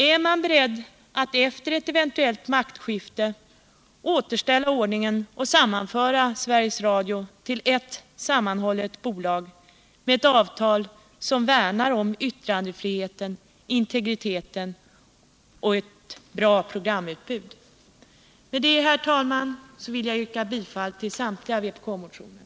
Är man beredd att efter ett eventuellt maktskifte återställa ordningen och sammanföra Sveriges Radio till ett sammanhållet bolag med ett avtal som värnar om yttrandefriheten, integriteten och ett gott programutbud? Med detta, herr talman, vill jag yrka bifall till samtliga vpk-motioner.